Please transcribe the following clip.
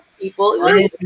people